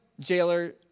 Jailer